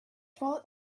thought